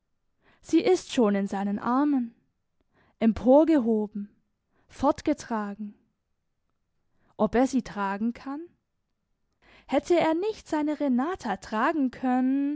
sie ist schon in seinen armen emporgehoben fortgetragen ob er sie tragen kann hätte er nicht seine renata tragen können